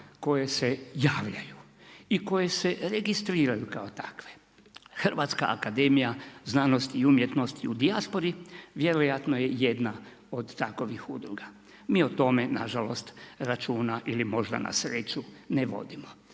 koje se javljaju i koje se registriraju kao takve. Hrvatska akademija znanosti i umjetnosti u dijaspori vjerojatno je jedna od takovih udruga. Mi o tome nažalost računa ili možda na sreću ne vodimo